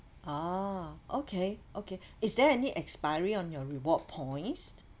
ah okay okay is there any expiry on your reward points